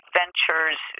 ventures